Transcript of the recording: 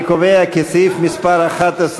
אני קובע כי סעיף מס' 11